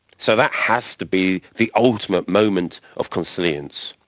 so that has to be the ultimate moment of consilience.